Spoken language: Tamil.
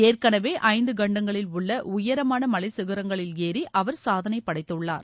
ஏற்னெவே ஐந்து கண்டங்களில் உள்ள உயரமான மலைச்சிகரங்களில் ஏறி அவர் சாதனை படைத்துள்ளார்